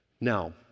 Now